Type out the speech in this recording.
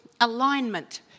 alignment